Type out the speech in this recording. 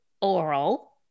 oral